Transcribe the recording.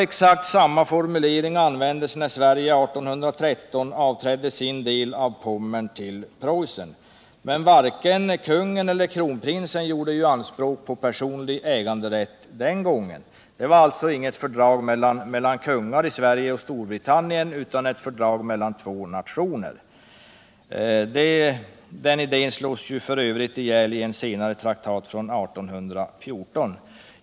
Exakt samma formulering användes också när Sverige år 1813 avträdde sin del av Pommern till Preussen, men varken kungen eller kronprinsen gjorde anspråk på personlig äganderätt den gången. — Det var alltså inte något fördrag mellan kungar i Sverige och Storbritannien, utan det var ett föredrag mellan två nationer. Den idén slogs f. ö. ihjäl i en senare traktat, från år 1814.